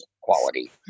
quality